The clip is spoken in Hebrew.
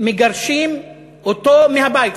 מגרשים אותו מהבית?